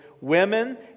women